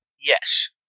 Yes